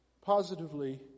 Positively